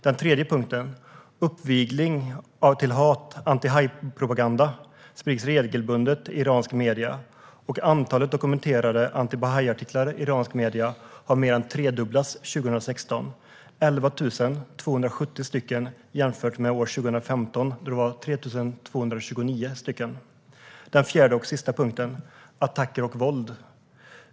Den tredje punkten: Uppvigling till hat och antibahaipropaganda sprids regelbundet i iranska medier, och antalet dokumenterade antibahaiartiklar i iranska medier mer än tredubblades 2016 - 11 270 stycken jämfört med 2015, då det var 3 229. Den fjärde och sista punkten: attacker och våld.